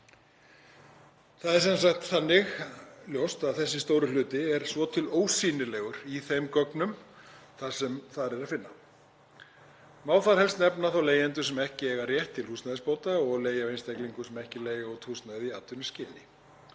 Það er þannig ljóst að þessi stóri hluti er svo til ósýnilegur í þeim gögnum sem þar er að finna. Má þar helst nefna þá leigjendur sem ekki eiga rétt til húsnæðisbóta og leigja af einstaklingum sem ekki leigja út húsnæði í atvinnuskyni.